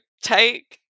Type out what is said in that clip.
take